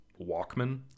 Walkman